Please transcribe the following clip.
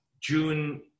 June